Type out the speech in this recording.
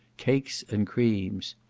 cakes, and creams.